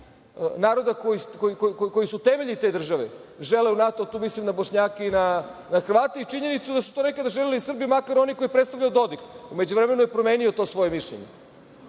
naroda koji su temelji te države žele u NATO, tu mislim na Bošnjake i na Hrvate, i činjenicu da su to nekada želeli Srbi, makar oni koje je predstavljao Dodik, u međuvremenu je promenio to svoje mišljenje. Dakle,